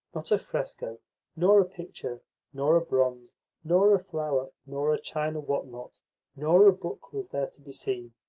not a fresco nor a picture nor a bronze nor a flower nor a china what-not nor a book was there to be seen.